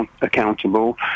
accountable